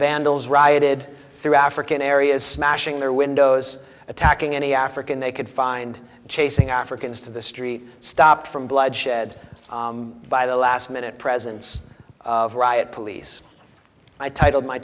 vandals rioted through african areas smashing their windows attacking any african they could find chasing africans to the street stopped from bloodshed by the last minute presence of riot police i titled my